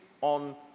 on